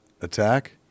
attack